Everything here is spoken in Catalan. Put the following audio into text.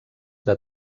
que